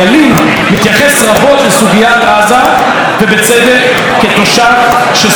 ובצדק, כתושב שסובל מהפרעות של הפלסטינים.